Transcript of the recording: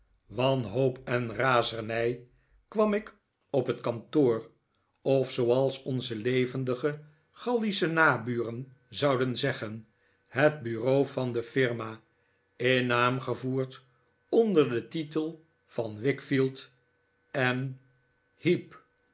wanhoop en razernij kwam ik op het kantoor of zooals onze levendige gallische naburen zouden zeggen het bureau van de firma in naam gevoerd onder den titel van wickfield en heep